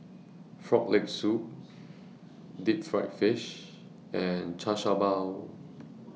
Frog Leg Soup Deep Fried Fish and Char Siew Bao